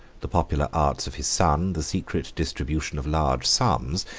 the popular arts of his son, the secret distribution of large sums,